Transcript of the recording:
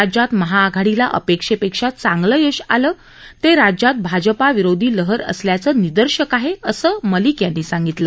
राज्यात महाआघाडीला अपेक्षेपेक्षा चांगलं यश आलं ते राज्यात भाजपा विरोधी लहर असल्याचं निदर्शक आहे असं मलिक म्हणाले